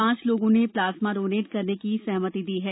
पांच लोगों ने प्लाज्मा डोनेट करने की सहमति दी है